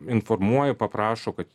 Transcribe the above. informuoja paprašo kad